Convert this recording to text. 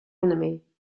enemy